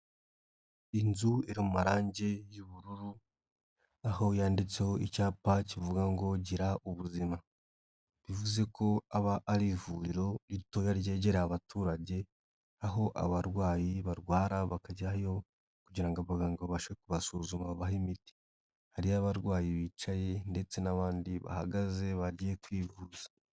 Inzu iri mu marange y'ubururu aho yanditseho icyapa kivuga ngo Gira ubuzima, bivuze ko aba ari ivuriro ritoya ryegereye abaturage aho abarwayi barwara bakajyayo kugira ngo abaganga babashe kubasuzuma babahe imiti, hari abarwayi bicaye ndetse n'abandi bahagaze bagiye kwivuza.